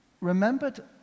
remembered